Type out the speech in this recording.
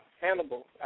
Hannibal